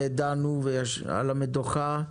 ודנו על המדוכה.